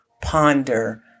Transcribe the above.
ponder